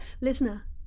listener